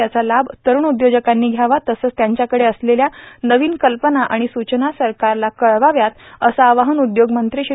याचा लाभ तरुण उद्योजकांनी घ्यावा तसंच त्यांच्याकडे असलेल्या नवीन कल्पना आणि सूचना सरकारला कळवाव्यात असं आवाहन उद्योगमंत्री श्री